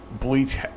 Bleach